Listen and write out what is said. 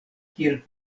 kiel